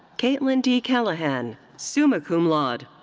katelyn d. callaghan, summa cum laude.